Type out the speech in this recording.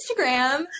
Instagram